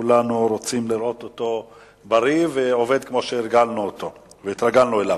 שכולנו רוצים לראות אותו בריא ועובד כמו שהרגלנו אותו והתרגלנו אליו.